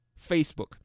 Facebook